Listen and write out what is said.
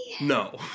No